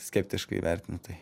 skeptiškai vertinu tai